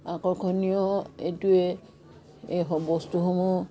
আকৰ্ষণীয় এইটোৱে এই বস্তুসমূহ